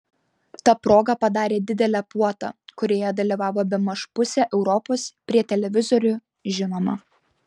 ta proga padarė didelę puotą kurioje dalyvavo bemaž pusė europos prie televizorių žinoma